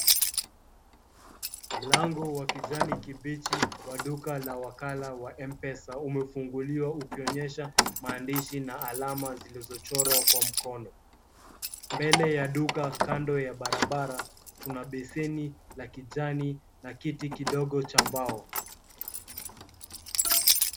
Mlango wa kijani kibichi wa duka la wakala wa M-pesa umefunguliwa ukionyesha maandishi na alama zilizochorwa kwa mkono. Mbele ya duka kando ya barabara kuna beseni la kijani na kiti kidogo cha mbao.